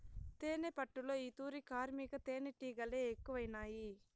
తేనెపట్టులో ఈ తూరి కార్మిక తేనీటిగలె ఎక్కువైనాయి